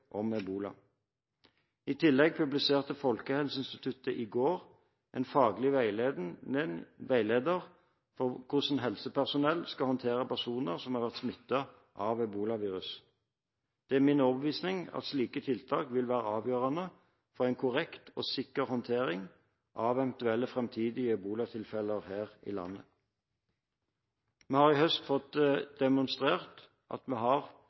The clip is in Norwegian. I tillegg publiserte Folkehelseinstituttet i går en faglig veileder for hvordan helsepersonell skal håndtere personer som kan være smittet av ebolavirus. Det er min overbevisning at slike tiltak vil være avgjørende for en korrekt og sikker håndtering av eventuelle framtidige ebolatilfeller her i landet. Vi har i høst fått demonstrert at vi har